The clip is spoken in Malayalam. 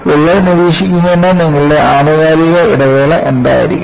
വിള്ളൽ നിരീക്ഷിക്കുന്നതിന് നിങ്ങളുടെ ആനുകാലിക ഇടവേള എന്തായിരിക്കണം